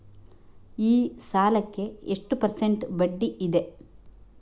ಈ ಸಾಲಕ್ಕೆ ಎಷ್ಟು ಪರ್ಸೆಂಟ್ ಬಡ್ಡಿ ಇದೆ?